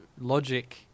logic